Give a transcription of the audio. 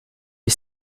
ich